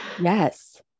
yes